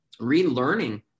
relearning